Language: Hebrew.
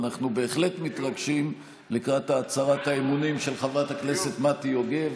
ואנחנו בהחלט מתרגשים לקראת הצהרת האמונים של חברת הכנסת מטי יוגב,